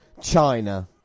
China